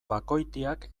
bakoitiak